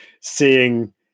seeing